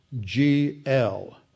G-L